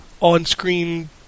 on-screen